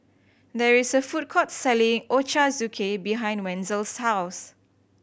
there is a food court selling Ochazuke behind Wenzel's house